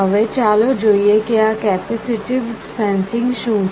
હવે ચાલો જોઈએ કે આ કેપેસિટીવ સેન્સિંગ શું છે